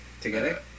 Together